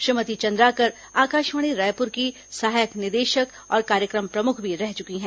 श्रीमती चंद्राकर आकाशवाणी रायपुर की सहायक निदेशक और कार्य क्र म प्रमुख भी रह चुकी हैं